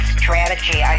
strategy